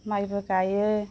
माइबो गायो